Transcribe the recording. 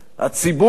הציבור